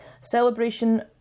Celebration